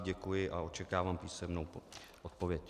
Děkuji a očekávám písemnou odpověď.